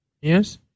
Yes